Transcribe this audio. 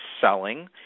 selling